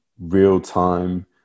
real-time